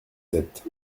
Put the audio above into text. sept